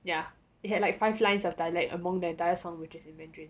ya it had like five lines of dialect among the entire song which is in mandarin